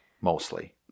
mostly